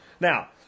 Now